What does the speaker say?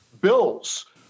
bills